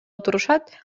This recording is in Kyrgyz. отурушат